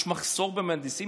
יש מחסור במהנדסים.